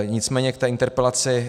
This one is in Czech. Nicméně k té interpelaci.